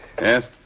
Yes